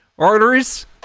Arteries